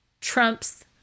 trumps